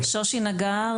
שושי נגר,